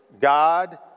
God